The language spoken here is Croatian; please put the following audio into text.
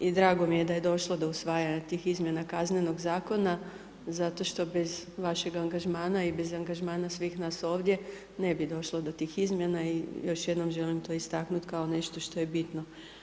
I drago mi je da je došlo do usvajanja tih izmjena Kaznenog zakona zato što bez vašeg angažmana i bez angažmana svih nas ovdje ne bi došlo do tih izmjena i još jednom želim to istaknuti kao nešto što je bitno.